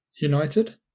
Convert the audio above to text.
United